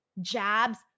jabs